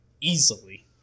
Easily